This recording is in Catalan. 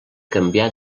canviar